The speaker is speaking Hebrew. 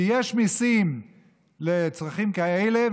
כי יש מיסים לצרכים כאלה,